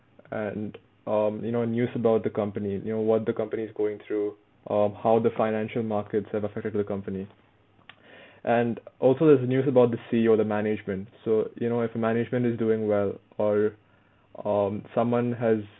and um you know news about the company you know what the company's going through um how the financial markets have affected the company and also there's a news about the C_E_O the management so you know if a management is doing well or um someone has